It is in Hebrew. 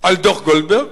על דוח-גולדברג,